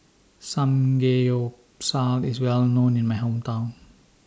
Samgeyopsal IS Well known in My Hometown